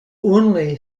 only